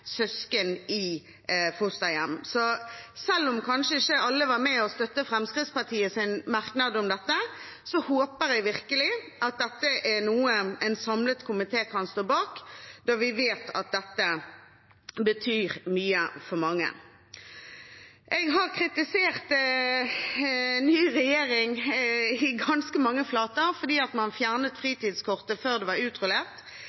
søsken i fosterhjem. Selv om kanskje ikke alle var med og støttet Fremskrittspartiets merknad om dette, håper jeg virkelig at dette er noe en samlet komité kan stå bak, da vi vet at dette betyr mye for mange. Jeg har kritisert den nye regjeringen i ganske mange flater fordi de fjernet